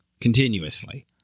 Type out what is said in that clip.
continuously